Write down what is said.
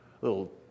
Little